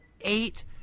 eight